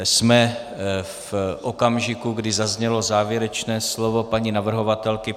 Jsme v okamžiku, kdy zaznělo závěrečné slovo paní navrhovatelky.